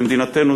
במדינתנו,